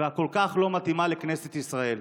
הכל-כך לא מתאימה לכנסת ישראל.